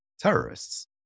terrorists